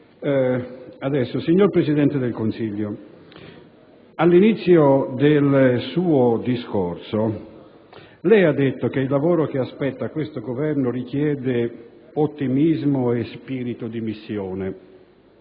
Signor Presidente del Consiglio, all'inizio del suo discorso lei ha detto che il lavoro che aspetta questo Governo richiede ottimismo e spirito di missione.